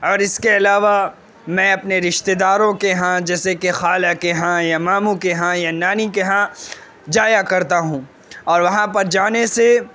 اور اس کے علاوہ میں اپنے رشتے داروں کو یہاں جیسے کہ خالہ کے یہاں یا ماموں کے یہاں یا نانی کے یہاں جایا کرتا ہوں اور وہاں پر جانے سے